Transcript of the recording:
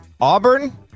Auburn